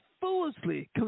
foolishly